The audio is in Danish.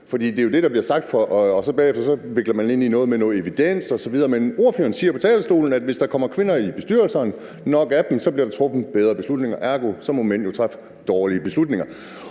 For det er jo det, der bliver sagt, og bagefter vikler man sig ind i noget med evidens osv., men ordføreren siger på talerstolen, at hvis der kommer kvinder i bestyrelser og nok af dem, bliver der truffet bedre beslutninger. Ergo må mænd træffe dårlige beslutninger.